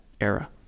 era